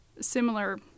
similar